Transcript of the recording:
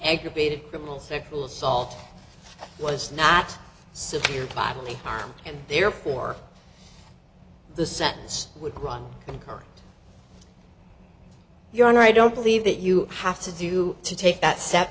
aggravated criminal sexual assault was not severe bodily harm and therefore the sentence would run concurrent your honor i don't believe that you have to do to take that step